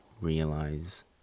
realize